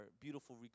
beautiful